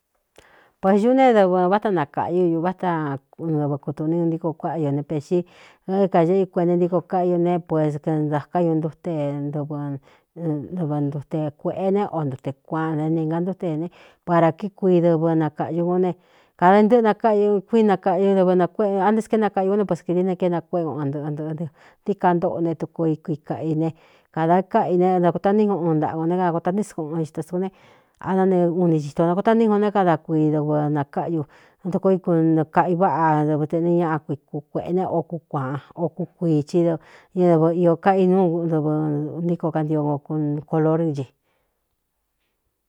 Pē yú ne dɨvɨ vááta nakāꞌyú ú ñūvátaɨvɨ kutūni un ntíko kuáꞌyū ne pēxí é kaeꞌɨ ú kueꞌenta é ntíko káꞌyu ne pues ndāká ñun ntúte dɨvɨ ntute kuēꞌe ne o ntute kuāꞌan né nīngantúte ne para kí kui dɨvɨ nakāꞌyu kó ne kāda ntɨꞌɨ nakáꞌiu kui nakaꞌñu ɨvɨ nkuéꞌ ante kéé nakaꞌ ū kún né pues kidií ne kéé nakuéꞌe ku n nɨꞌɨ ntɨꞌɨɨ ntiíka ntóꞌo né tuko i kuikaꞌ i ne kādā káꞌi ne da kutaní ku un ntaꞌakū né ka kotaní skuꞌun xita suú ne aná ne uni chito nakotaní u o né kada kuii dɨvɨ nakáꞌyu na tuko ikukaꞌi váꞌa dɨvɨtenɨ ñaꞌa kuiku kuēꞌe ne o ku kuāꞌan o ku kuiī chí do ñaɨ īō kaꞌi núu dɨvɨ ntíko kantio koo kolor chɨ.